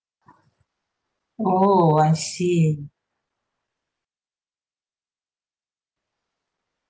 oh I see